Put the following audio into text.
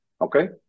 Okay